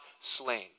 slain